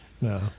No